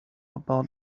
about